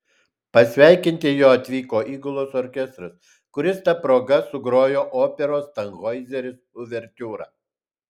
pasveikinti jo atvyko įgulos orkestras kuris ta proga sugrojo operos tanhoizeris uvertiūrą